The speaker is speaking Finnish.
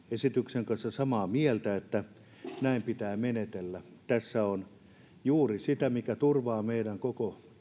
esityksen kanssa samaa mieltä että näin pitää menetellä tässä on juuri sitä mikä turvaa meidän koko